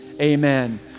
amen